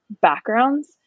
Backgrounds